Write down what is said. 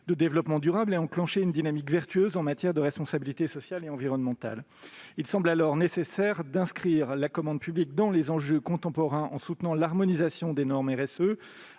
de développement durable et enclencher une dynamique vertueuse en matière de responsabilité sociale et environnementale. Il semble dès lors nécessaire d'inscrire la commande publique dans les enjeux contemporains, en soutenant l'harmonisation des normes de